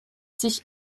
sich